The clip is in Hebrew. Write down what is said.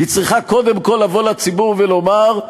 היא צריכה קודם כול לבוא לציבור ולומר: